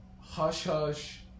hush-hush